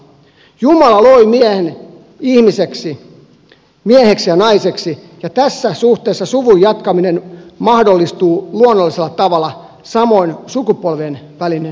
jumala loi ihmisen mieheksi ja naiseksi ja tässä suhteessa suvun jatkaminen mahdollistuu luonnollisella tavalla samoin sukupolvien välinen yhteys